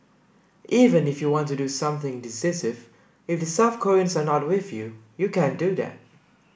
even if you want to do something decisive if the South Koreans are not with you you can't do that